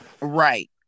Right